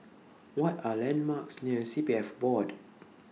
What Are The landmarks near C P F Board